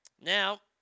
Now